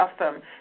awesome